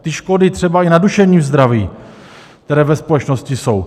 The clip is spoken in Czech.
Ty škody třeba i na duševním zdraví, které ve společnosti jsou...